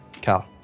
Cal